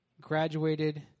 graduated